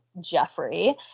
Jeffrey